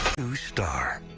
new star.